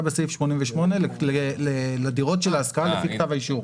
בסעיף 88 לדירות של ההשכרה לפי כתב האישור.